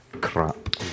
crap